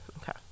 Okay